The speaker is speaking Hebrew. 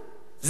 זו סתימת פיות.